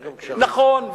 נכון,